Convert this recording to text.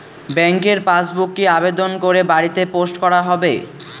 ব্যাংকের পাসবুক কি আবেদন করে বাড়িতে পোস্ট করা হবে?